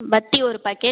பத்தி ஒரு பாக்கெட்